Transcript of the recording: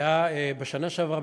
בשנה שעברה,